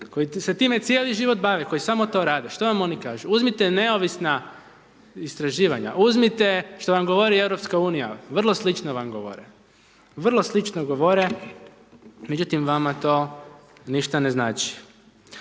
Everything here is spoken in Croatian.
koji se time cijeli život bave, koji samo to rade, što vam oni kažu? Uzmite neovisna istraživanja, uzmite što vam govori Europska unija, vrlo slično vam govore, vrlo slično govore, međutim, vama to ništa ne znači.